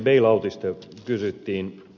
kysyttiin bail outista